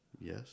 Yes